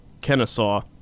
Kennesaw